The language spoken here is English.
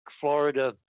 Florida